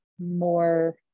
more